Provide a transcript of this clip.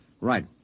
Right